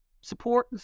Support